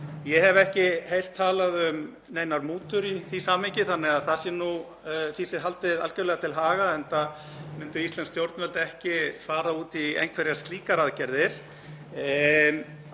Ég hef ekki heyrt talað um neinar mútur í því samhengi þannig að því sé haldið algerlega til haga, enda myndu íslensk stjórnvöld ekki fara út í einhverjar slíkar aðgerðir.